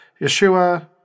Yeshua